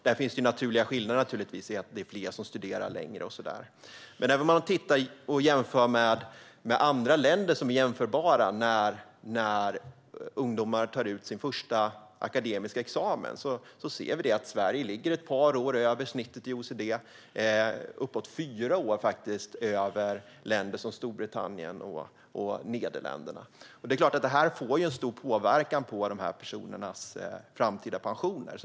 Det finns förstås naturliga skillnader, eftersom fler studerar längre och så vidare. Men även i jämförelser med andra jämförbara länder i fråga om när ungdomar tar ut sin första akademiska examen ligger Sverige ett par år över snittet i OECD, faktiskt uppåt fyra år över länder som Storbritannien och Nederländerna. Det får såklart stor påverkan på personernas framtida pensioner.